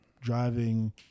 driving